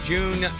June